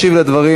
ישיב על הדברים